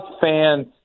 fans